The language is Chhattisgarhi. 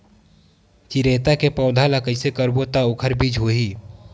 चिरैता के पौधा ल कइसे करबो त ओखर बीज होई?